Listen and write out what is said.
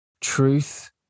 truth